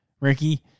Ricky